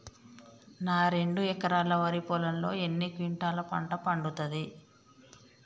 నా రెండు ఎకరాల వరి పొలంలో ఎన్ని క్వింటాలా పంట పండుతది?